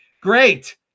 Great